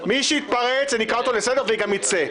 מי שיתפרץ אני אקרא אותו לסדר והוא גם ייצא.